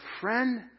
friend